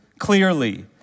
Clearly